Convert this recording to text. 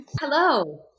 Hello